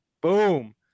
Boom